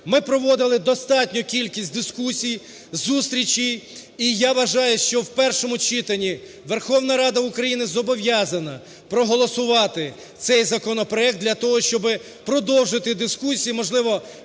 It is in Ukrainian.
Ми проводили достатню кількість дискусій, зустрічей, і я вважаю, що в першому читанні Верховна Рада України зобов'язана проголосувати цей законопроект для того, щоби продовжити дискусії, можливо,